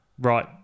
Right